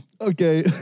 Okay